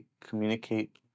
communicate